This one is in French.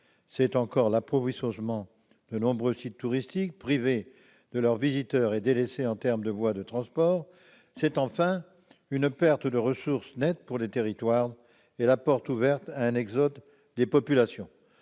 c'est encore l'appauvrissement de nombreux sites touristiques, privés de leurs visiteurs et délaissés par les voies de transport ; c'est enfin une perte nette de ressources pour des territoires et la porte ouverte à un exode des populations.